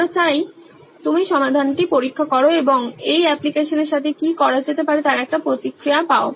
আমরা চাই আপনি সমাধানটি পরীক্ষা করুন এবং এই অ্যাপ্লিকেশনের সাথে কী করা যেতে পারে তার একটি প্রতিক্রিয়া পান